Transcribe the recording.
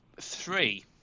Three